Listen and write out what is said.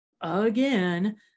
again